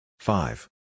Five